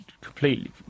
completely